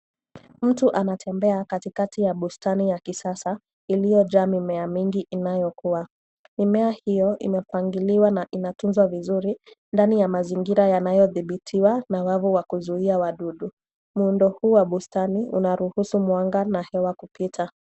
Mtu anatembea katikati ya bustani ya kisasa iliyojaa mimea mingi inayokua. Mimea hiyo imepangiliwa na inatunzwa vizuri ndani ya mazingira yanayodhibitiwa na wavu wa kuzuia wadudu. Muundo huu wa bustani unaruhusu mwanga na hewa kupita.